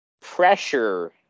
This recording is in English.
pressure